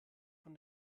von